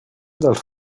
dels